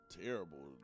terrible